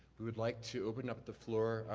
we would like to open up the floor.